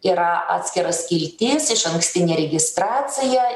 yra atskira skiltis išankstinė registracija